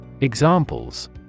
Examples